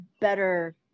better